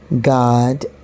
God